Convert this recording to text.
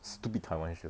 stupid taiwan show